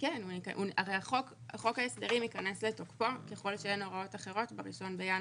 הרי חוק ההסדרים יכנס לתוקפו ככל שאין הוראות אחרות בראשון בינואר.